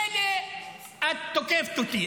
מילא שאת תוקפת אותי,